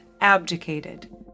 abdicated